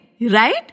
right